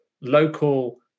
local